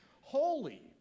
Holy